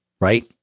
right